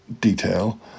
detail